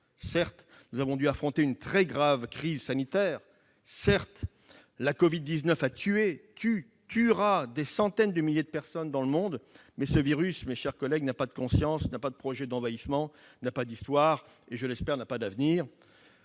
Certes, nous avons dû affronter une très grave crise sanitaire ; certes, la covid-19 a tué, tue et tuera des centaines de milliers de personnes dans le monde. Mais ce virus, mes chers collègues, n'a pas ni conscience, ni projet d'envahissement, ni histoire, ni, du moins je l'espère, avenir.